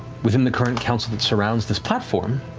within the current council that surrounds this platform,